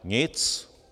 Nic.